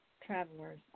Travelers